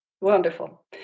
Wonderful